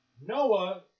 Noah